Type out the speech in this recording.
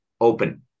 open